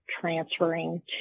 transferring